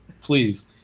please